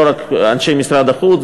לא רק אנשי משרד החוץ,